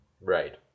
Right